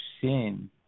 sin